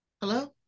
Hello